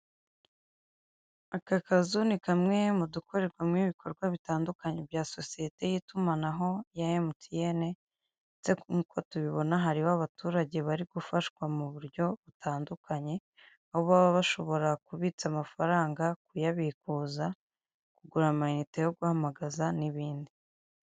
Aka kazu ni kamwe mu dukorerwamo ibikorwa bitandukanye bya sosiyete y'itumanaho ya emutiyene, ndeytse nk'uko tubibona hariho abaturage bari gufashwa mu buryo butandukanye, aho baba bashobora kubitsa amafaranga kuyabikuza kugura amayinite yo guhamagaza n'ibindi.